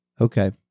Okay